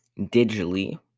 digitally